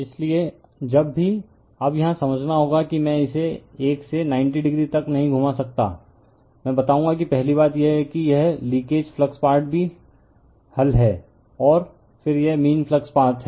इसलिए जब भी अब यहां समझना होगा कि मैं इसे 1 से 90oo तक नहीं घुमा सकता मैं बताऊंगा कि पहली बात यह है कि यह लीकेज फ्लक्स पार्ट भी हल है और फिर यह मीन फ्लक्स पाथ है